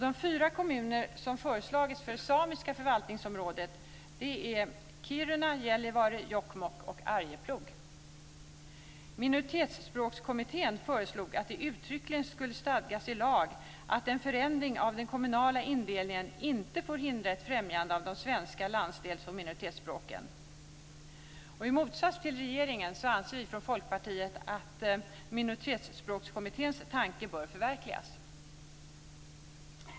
De fyra kommuner som har föreslagits för det samiska förvaltningsområdet är Kiruna, Gällivare, Jokkmokk och Arjeplog. Minoritetsspråkskommittén föreslog att det uttryckligen skulle stadgas i lag att en förändring av den kommunala indelningen inte får hindra ett främjande av de svenska landsdels och minoritetsspråken. I motsats till regeringen anser vi från Folkpartiet att Minoritetsspråkskommitténs tanke bör förverkligas.